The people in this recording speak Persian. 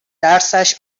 درسش